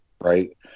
right